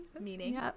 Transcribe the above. meaning